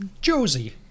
Josie